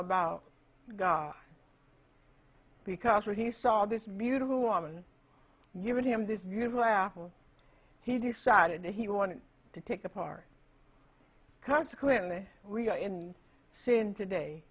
about god because when he saw this beautiful woman given him this beautiful apple he decided he wanted to take apart consequently we are in sin today